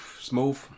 smooth